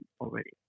already